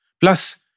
Plus